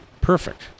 perfect